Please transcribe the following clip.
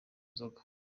nzoga